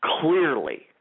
clearly